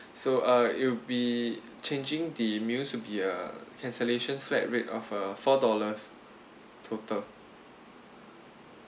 so uh it'll be changing the meals will be a cancellation flat rate of uh four dollars total